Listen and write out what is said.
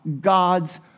God's